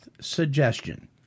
suggestion